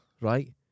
Right